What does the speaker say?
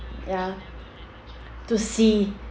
ya to see